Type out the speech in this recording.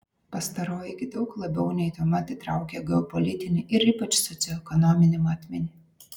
pastaroji gi daug labiau nei tuomet įtraukia geopolitinį ir ypač socioekonominį matmenį